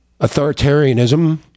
authoritarianism